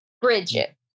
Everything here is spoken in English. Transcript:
Bridget